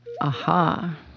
Aha